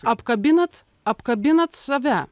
apkabinat apkabinant save